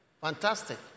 Fantastic